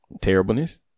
Terribleness